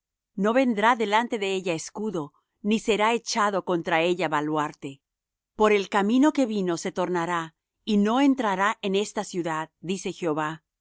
no vendrá delante de ella escudo ni será echado contra ella baluarte por el camino que vino se tornará y no entrará en esta ciudad dice jehová